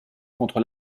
contre